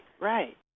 right